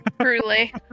Truly